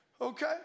okay